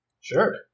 Sure